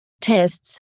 tests